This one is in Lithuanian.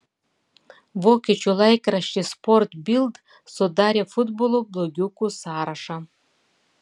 vokiečių laikraštis sport bild sudarė futbolo blogiukų sąrašą